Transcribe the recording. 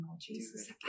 Jesus